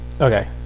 Okay